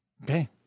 Okay